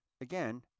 Again